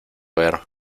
ver